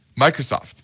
Microsoft